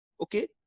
okay